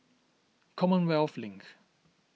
Commonwealth Link